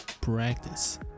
practice